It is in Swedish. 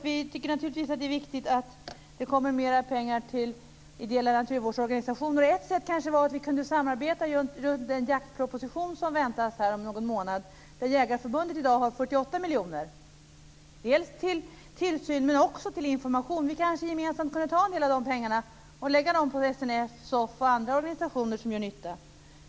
Vi tycker naturligtvis också att det är viktigt att det kommer mera pengar till ideella naturvårdsorganisationer. Ett sätt kanske kunde vara om vi kunde samarbeta om den jaktproposition som väntas här om någon månad, där Jägareförbundet i dag har 48 miljoner till tillsyn men också till information. Vi kanske gemensamt kunde ta en del av de pengarna och lägga dem på SNF, SOF och andra organisationer som gör nytta.